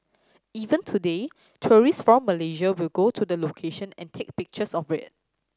even today tourist from Malaysia will go to the location and take pictures of it